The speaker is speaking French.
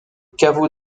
caveau